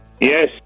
Yes